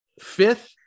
fifth